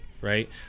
right